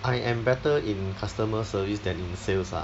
I am better in customer service than in sales lah